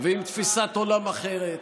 ועם תפיסת עולם אחרת